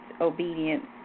obedience